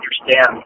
understand